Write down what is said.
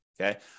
Okay